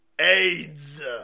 AIDS